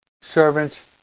servants